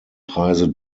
preise